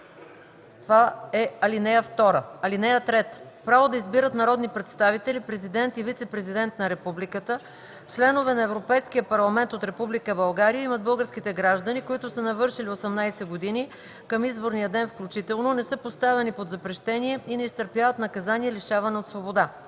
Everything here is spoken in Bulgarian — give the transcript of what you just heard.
на един глас. (3) Право да избират народни представители, президент и вицепрезидент на републиката, членове на Европейския парламент от Република България имат българските граждани, които са навършили 18 години към изборния ден включително, не са поставени под запрещение и не изтърпяват наказание лишаване от свобода.